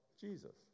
Jesus